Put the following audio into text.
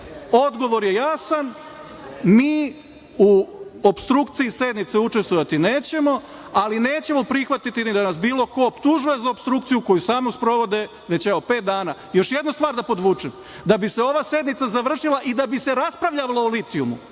odgovor je jasan mi u opstrukciji sednici učestvovati nećemo, ali nećemo prihvatiti ni da nas bilo ko optužuje za opstrukciju koju sami sprovode, već evo pet dana. Još jednu stvar da podvučem da bi se ova sednica završila i da bi se raspravljalo o litijumu